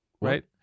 right